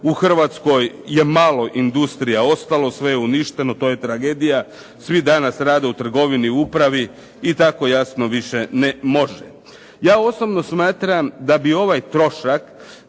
u Hrvatskoj je malo industrija ostalo, sve je uništeno, to je tragedija. Svi danas rade u trgovini u upravi i tako jasno više ne može. Ja osobno smatram da bi ovaj trošak